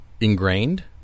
ingrained